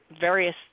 various